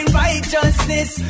righteousness